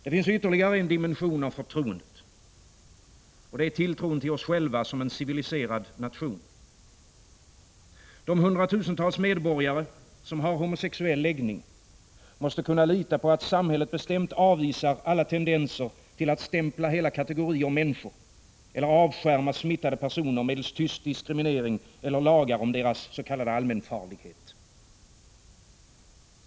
Det finns ytterligare en dimension av förtroendet — det är tilltron till oss själva som en civiliserad nation. De hundratusentals medborgare som har homosexuell läggning måste kunna lita på att samhället bestämt avvisar alla tendenser att stämpla hela kategorier människor eller avskärma smittade personer medelst tyst diskriminering eller lagar om deras s.k. allmänfarlighet.